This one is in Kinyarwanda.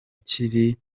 kiri